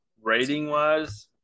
rating-wise